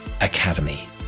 academy